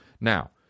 Now